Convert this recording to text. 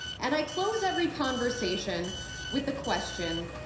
and i close every conversation with the question,